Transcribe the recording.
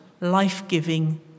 life-giving